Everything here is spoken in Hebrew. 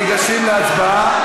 ניגשים להצבעה.